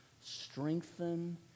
strengthen